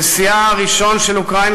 נשיאה הראשון של אוקראינה,